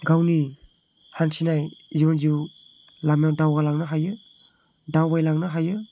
गावनि हान्थिनाय जिबन जिउ लामायाव दावगालांनो हायो दावबायलांनो हायो